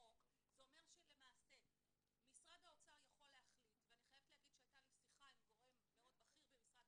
אין לו כוח המיקוח שיש לעסקים גדולים מול חברות